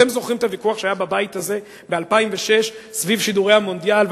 אתם זוכרים את הוויכוח שהיה בבית הזה ב-2006 סביב שידורי המונדיאל?